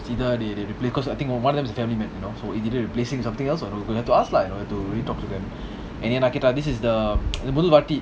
it's either they they repla~ cause I think one of them is a family map you know so it's either replacing something else or it's going to us lah you know to really talk to them this is the ஒருவாட்டி:oruvati